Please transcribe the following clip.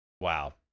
Wow